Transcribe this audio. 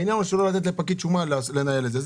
העניין הוא לא לתת לפקיד שומה לנהל את זה.